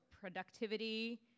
productivity